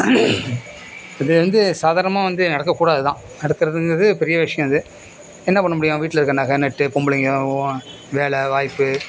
இது வந்து சாதாரணமாக வந்து நடக்கக்கூடாது தான் நடக்கிறதுங்கறது பெரிய விஷயம் இது என்ன பண்ண முடியும் வீட்டில் இருக்க நகை நட்டு பொம்பளைங்க வேலை வாய்ப்பு